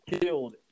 killed